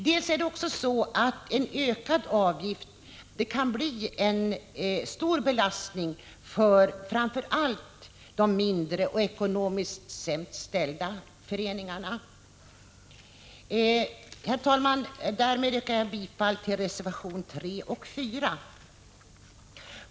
För det andra kan en ökad avgift bli en stor belastning för framför allt de mindre och ekonomiskt sämst ställda föreningarna.